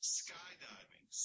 skydiving